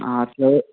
আছে